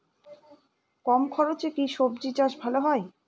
কম খরচে কি সবজি চাষ ভালো হয়?